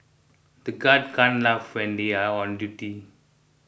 the guards can't laugh when they are on duty